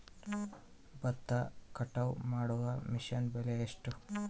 ಭತ್ತ ಕಟಾವು ಮಾಡುವ ಮಿಷನ್ ಬೆಲೆ ಎಷ್ಟು?